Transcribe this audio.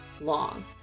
long